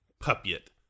Puppet